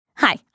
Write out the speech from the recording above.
Hi